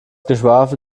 geschwafel